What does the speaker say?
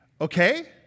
okay